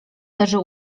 leży